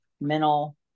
mental